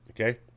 Okay